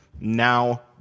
Now